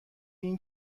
این